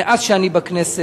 מאז אני בכנסת,